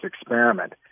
experiment